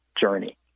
journey